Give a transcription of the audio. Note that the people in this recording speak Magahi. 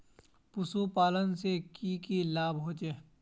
पशुपालन से की की लाभ होचे?